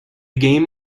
game